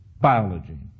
biology